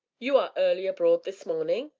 you are early abroad this morning!